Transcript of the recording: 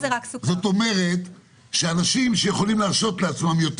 זאת אומרת שאנשים שיכולים להרשות לעצמם יותר